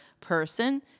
person